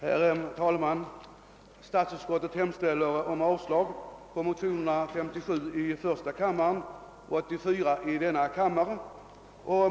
Herr talman! Statsutskottet hemställer om avslag på motionerna I: 57 och II: 84.